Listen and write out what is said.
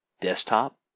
desktop